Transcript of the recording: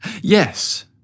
Yes